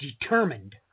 determined